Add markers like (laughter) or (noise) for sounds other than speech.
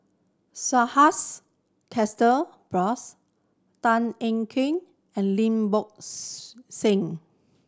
Subhas Chandra Bose Tan Ean Kiam and Lim Bo (unintelligible) Seng